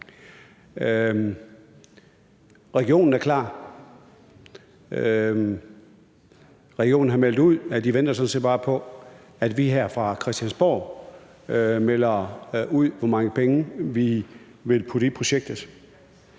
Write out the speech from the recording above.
Regionen er klar. Regionen har meldt ud, at de sådan set bare venter på, at vi her fra Christiansborg melder ud, hvor mange penge vi vil putte i projektet.